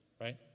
Right